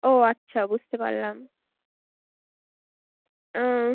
ও আচ্ছা বুঝতে পারলাম ও